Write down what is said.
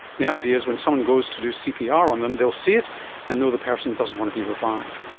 the idea is when someone goes to do cpr on them they'll see it and know the person doesn't want to be revived.